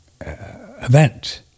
event